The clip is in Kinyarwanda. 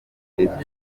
ndetse